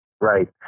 Right